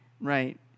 Right